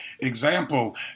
example